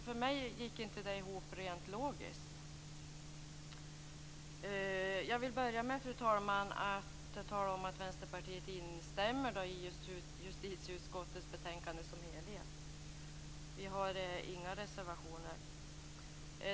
För mig gick detta inte ihop rent logiskt. Fru talman! Jag vill börja med att tala om att Vänsterpartiet instämmer i justitieutskottets hemställan i betänkandet som helhet. Vi har inga reservationer.